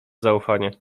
zaufanie